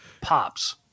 Pops